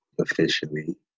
officially